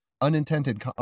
unintended